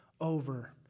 over